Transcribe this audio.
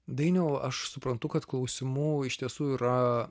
dainiau aš suprantu kad klausimų iš tiesų yra